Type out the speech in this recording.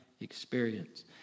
experience